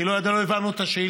כי לא הבנו את השאילתה,